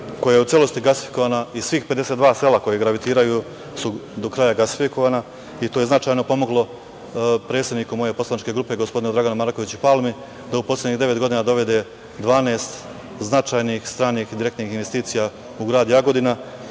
koja je u celosti gasikovana i svih 52 sela koja gravitiraju su do kraja gasifikovana i to je značajno pomoglo predsedniku moje poslaničke grupe, gospodinu Draganu Markoviću Palmi da u poslednjih devet godina dovede 12 značajnih stranih i direktnih investicija u grad Jagodinu